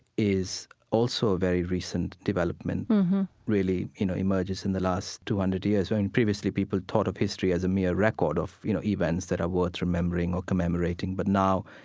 is also a very recent development really, you know, emerges is and the last two hundred years, where and previously people thought of history as a mere record of, you know, events that are worth remembering or commemorating. but now,